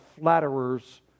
flatterers